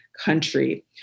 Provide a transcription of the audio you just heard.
country